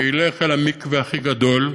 שילך אל המקווה הכי גדול,